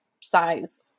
size